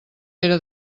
pere